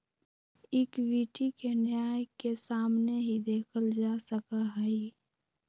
equity के न्याय के सामने ही देखल जा सका हई